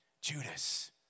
Judas